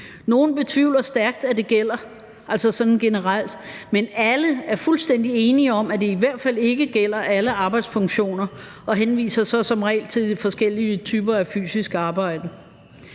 Nogle betvivler stærkt, at det gælder, altså sådan generelt, men alle er fuldstændig enige om, at det i hvert fald ikke gælder alle arbejdsfunktioner, og henviser så som regel til forskellige typer af fysisk arbejde.